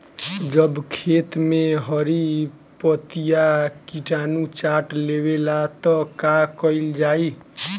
जब खेत मे हरी पतीया किटानु चाट लेवेला तऽ का कईल जाई?